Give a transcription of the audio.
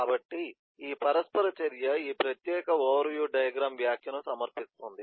కాబట్టి ఈ పరస్పర చర్య ఈ ప్రత్యేక ఓవర్ వ్యూ డయాగ్రమ్ వ్యాఖ్యను సమర్పిస్తుంది